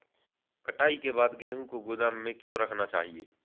कटाई के बाद गेहूँ को गोदाम में क्यो रखना चाहिए?